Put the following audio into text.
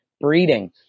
breeding